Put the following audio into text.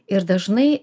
ir dažnai